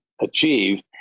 achieve